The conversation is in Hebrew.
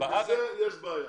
עם זה יש בעיה.